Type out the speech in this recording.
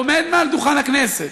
עומד מעל דוכן הכנסת